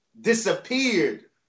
disappeared